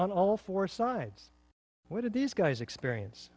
on all four sides why did these guys experience